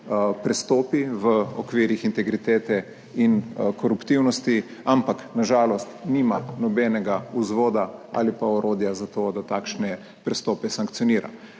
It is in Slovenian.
prestopi v okvirih integritete in koruptivnosti, ampak na žalost nima nobenega vzvoda ali pa orodja za to, da takšne prestope sankcionira.